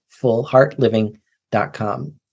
Fullheartliving.com